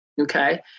okay